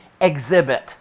exhibit